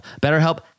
BetterHelp